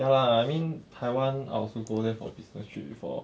ya lah I mean I also go there for business trip before